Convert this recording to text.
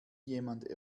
jemand